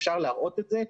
אפשר להראות את זה,